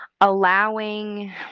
allowing